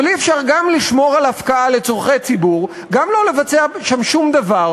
אבל אי-אפשר גם לשמור על הפקעה לצורכי ציבור וגם לא לבצע שם שום דבר.